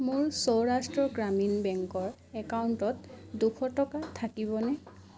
মোৰ চৌৰাষ্ট্ৰ গ্ৰামীণ বেংকৰ একাউণ্টত দুশ টকা থাকিবনে